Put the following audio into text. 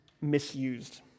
misused